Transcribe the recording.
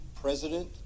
president